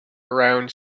around